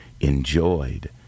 enjoyed